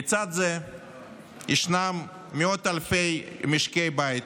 לצד זה ישנם מאות אלפי משקי בית